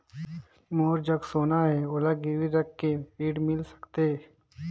मोर जग सोना है ओला गिरवी रख के ऋण मिल सकथे?